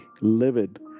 livid